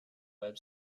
web